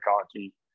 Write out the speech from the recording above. cocky